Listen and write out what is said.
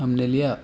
ہم نے لیا